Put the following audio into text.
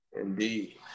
Indeed